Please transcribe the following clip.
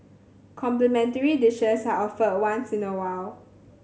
complimentary dishes are offered once in a while